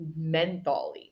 mentholy